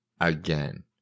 again